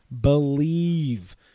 Believe